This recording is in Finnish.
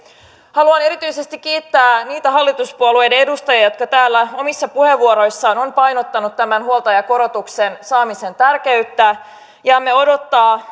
haluan erityisesti kiittää niitä hallituspuolueiden edustajia jotka täällä omissa puheenvuoroissaan ovat painottaneet tämän huoltajakorotuksen saamisen tärkeyttä jäämme odottamaan